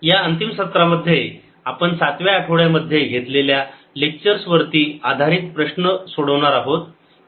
या अंतिम सत्रामध्ये आपण सातव्या आठवड्यामध्ये घेतलेल्या लेक्चर्स वरती आधारित प्रश्न सोडणार आहोत